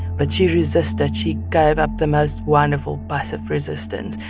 but she resisted. she gave up the most wonderful, passive resistance.